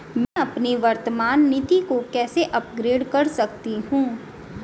मैं अपनी वर्तमान नीति को कैसे अपग्रेड कर सकता हूँ?